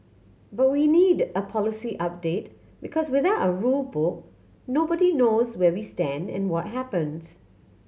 but we need a policy update because without a rule book nobody knows where we stand and what happens